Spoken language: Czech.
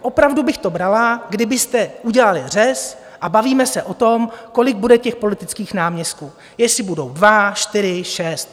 Opravdu bych to brala, kdybyste udělali řez, bavíme se o tom, kolik bude těch politických náměstků, jestli budou dva, čtyři, šest.